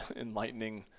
enlightening